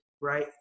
right